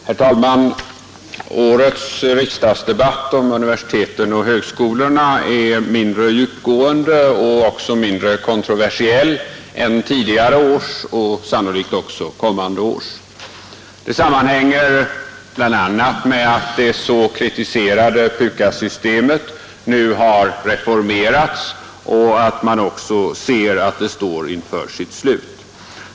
Herr talman! Årets riksdagsdebatt om universiteten och högskolorna är mindre djupgående och även mindre kontroversiell än tidigare års och sannolikt också kommande års. Det sammanhänger bl.a. med att det så kritiserade PUKAS-systemet nu har reformerats och att man ser att det står inför sitt slut.